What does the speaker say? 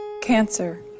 Cancer